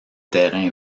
terrains